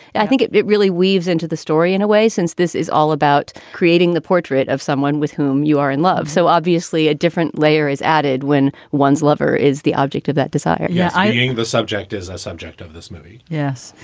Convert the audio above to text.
i think it it really weaves into the story in a way, since this is all about creating the portrait of someone with whom you are in love. so obviously a different layer is added when one's lover is the object of that desire yeah, i think the subject is a subject of this movie yes.